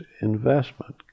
investment